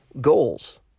goals